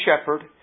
shepherd